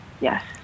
yes